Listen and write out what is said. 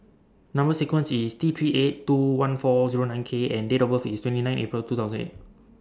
Number sequence IS T three eight two one four Zero nine K and Date of birth IS twenty nine April two thousand eight